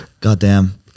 Goddamn